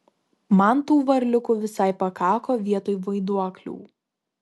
man tų varliukių visai pakako vietoj vaiduoklių